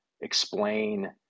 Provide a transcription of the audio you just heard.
explain